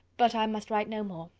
but i must write no more.